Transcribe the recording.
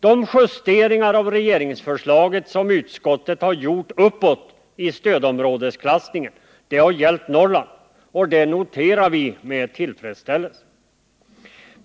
De justeringar av regeringsförslaget som utskottet gjort uppåt i stödområdesklassningen har gällt Norrland. Det noterar vi med tillfredsställelse.